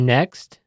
Next